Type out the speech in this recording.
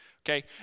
okay